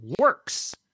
works